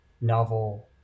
novel